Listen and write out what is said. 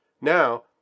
Now